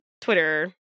Twitter